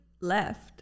left